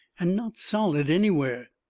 and not solid anywhere,